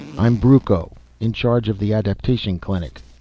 i'm brucco, in charge of the adaptation clinic.